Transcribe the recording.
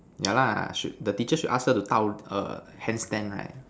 ya lah should the teacher should ask her to handstand right